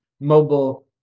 mobile